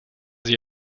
sie